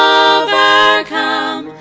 overcome